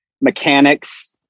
mechanics